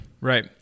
Right